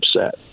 upset